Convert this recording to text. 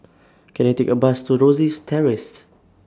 Can I Take A Bus to Rosyth Terrace